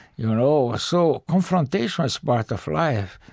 you know ah so, confrontation is part of life.